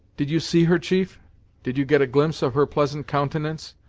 did you see her, chief did you get a glimpse of her pleasant countenance,